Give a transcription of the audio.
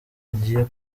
agiye